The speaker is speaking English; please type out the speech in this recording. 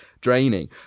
draining